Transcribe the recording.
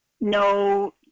No